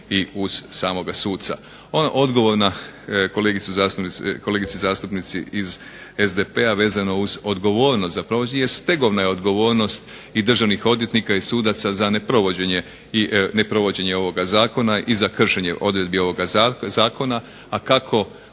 i uz samoga suca. Onaj odgovor kolegici zastupnici iz SDP-a vezano uz odgovornost za provođenje jest stegovna je odgovornost i državnih odvjetnika i sudaca za neprovođenje ovoga zakona i za kršenje odredbi ovoga zakona. A kako ustvari